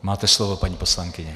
Máte slovo, paní poslankyně.